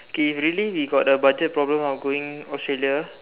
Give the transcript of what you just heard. okay if really got the budget problem of going Australia